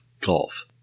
golf